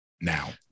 now